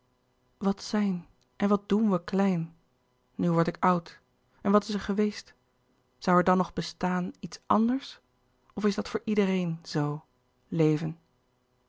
wat zijn en wat doen we klein nu word ik oud en wat is er geweest zoû er dan nog bestaan iets anders of is dit voor iedereen zoo leven